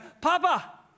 Papa